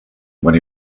when